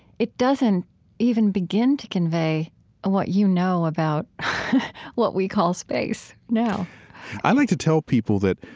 it doesn't even begin to convey what you know about what we call space now i like to tell people that,